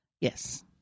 Yes